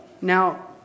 Now